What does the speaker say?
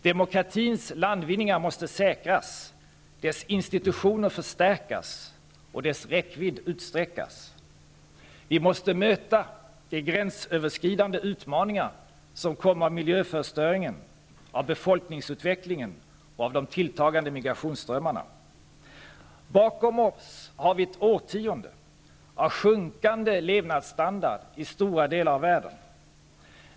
Demokratins landvinningar måste säkras, dess institutioner förstärkas och dess räckvidd utsträckas. Vi måste möta de gränsöverskridande utmaningar som kommer av miljöförstöringen, av befolkningsutvecklingen och av de tilltagande migrationsströmmarna. Bakom oss har vi ett årtionde av sjunkande levnadsstandard i stora delar av världen.